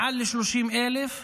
מעל ל-30,000,